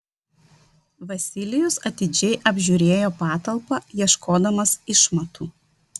vasilijus atidžiai apžiūrėjo patalpą ieškodamas išmatų